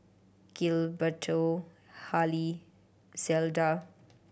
Gilberto Hali Zelda